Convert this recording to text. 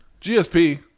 GSP